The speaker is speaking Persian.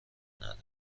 نداره